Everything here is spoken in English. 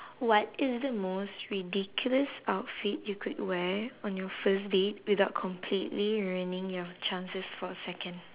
what is the most ridiculous outfit you could wear on your first date without completely ruining your chances for a second